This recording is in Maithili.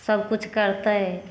सबकिछु करतै